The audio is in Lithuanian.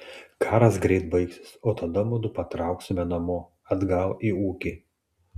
karas greit baigsis o tada mudu patrauksime namo atgal į ūkį